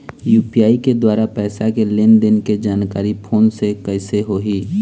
UPI के द्वारा पैसा के लेन देन के जानकारी फोन से कइसे होही?